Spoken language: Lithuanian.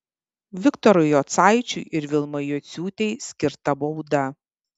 viktorui jocaičiui ir vilmai juciūtei skirta bauda